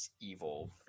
evil